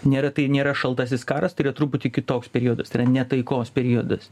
nėra tai nėra šaltasis karas tai yra truputį kitoks periodas tai yra netaikos periodas